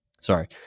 Sorry